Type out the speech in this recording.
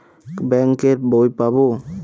Bank এর বই পাবো?